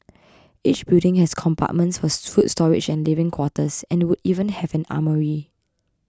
each building has compartments for food storage and living quarters and would even have an armoury